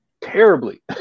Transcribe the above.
terribly